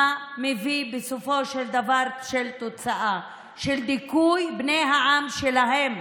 מה מביא בסופו של דבר לתוצאה של דיכוי בני העם שלהם,